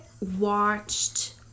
Watched